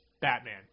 Batman